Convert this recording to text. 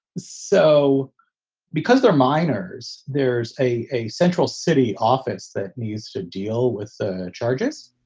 so because they're minors. there's a a central city office that needs to deal with charges.